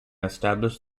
established